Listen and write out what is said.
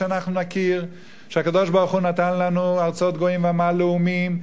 שאנחנו נכיר שהקדוש-ברוך-הוא נתן לנו ארצות גויים ועמל לאומים יירשו,